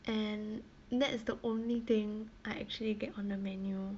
and that's the only thing I actually get on the menu